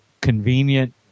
convenient